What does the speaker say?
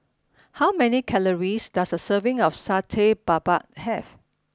how many calories does a serving of Satay Babat have